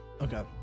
Okay